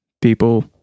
people